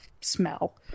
smell